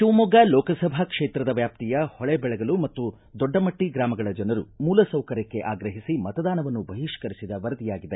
ಶಿವಮೊಗ್ಗ ಲೋಕಸಭಾ ಕ್ಷೇತ್ರದ ವ್ಯಾಪ್ತಿಯ ಹೊಳೆದೆಳಗಲು ಮತ್ತು ದೊಡ್ಟಮಟ್ಟ ಗ್ರಾಮಗಳ ಜನರು ಮೂಲಸೌಕರ್ಯಕ್ಕೆ ಆಗ್ರಹಿಸಿ ಮತದಾನವನ್ನು ಬಹಿಷ್ಠರಿಸಿದ ವರದಿಯಾಗಿದೆ